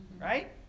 right